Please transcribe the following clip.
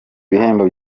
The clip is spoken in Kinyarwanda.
ibihembo